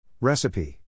Recipe